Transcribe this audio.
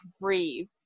breathe